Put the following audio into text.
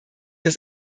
des